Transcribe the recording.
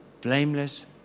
blameless